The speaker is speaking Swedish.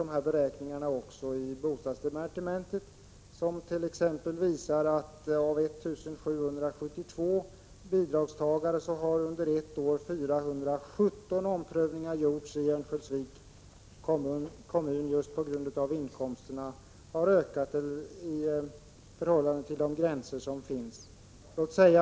Dessa beräkningar har också gjorts i bostadsdepartementet, som t.ex. visar att det bland 1 772 bidragstagare i Örnsköldsviks kommun gjordes 417 omprövningar, just på grund av att inkomsterna hade ökat i förhållande till gällande gränser.